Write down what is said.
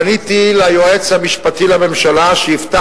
פניתי אל היועץ המשפטי לממשלה שיפתח